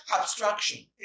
abstraction